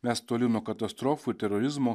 mes toli nuo katastrofų ir terorizmo